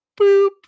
boop